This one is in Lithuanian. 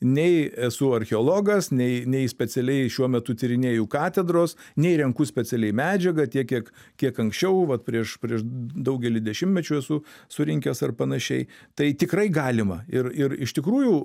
nei esu archeologas nei nei specialiai šiuo metu tyrinėju katedros nei renku specialiai medžiagą tiek kiek kiek anksčiau vat prieš prieš daugelį dešimtmečių esu surinkęs ar panašiai tai tikrai galima ir ir iš tikrųjų